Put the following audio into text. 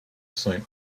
saint